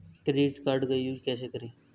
Credit card का use कैसे करें?